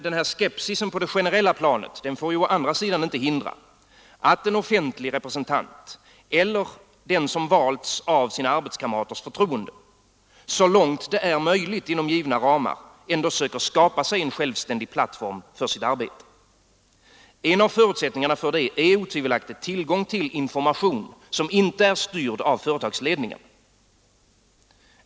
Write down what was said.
Men skepsisen på det generella planet får å andra sidan inte hindra, att en offentlig representant eller den som har valts på grund av arbetskamraters förtroende så långt det är möjligt inom givna ramar ändå försöker skapa sig en självständig plattform för sitt arbete. En av förutsättningarna för det är otvivelaktigt tillgång till information som inte är styrd av företagsledningarna.